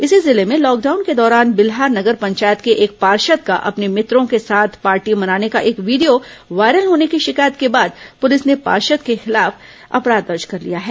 इसी जिले में लॉकडाउन के दौरान बिल्हा नगर पंचायत के एक पार्षद का अपने मित्रों के साथ पार्टी मनाने का एक वीडियो वायरल होने की शिकायत के बाद पुलिस ने पार्षद के खिलाफ अपराध दर्ज कर लिया है